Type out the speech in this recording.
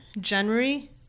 January